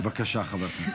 בבקשה, חבר הכנסת.